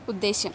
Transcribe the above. उद्देश्यम्